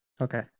Okay